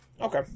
Okay